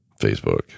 Facebook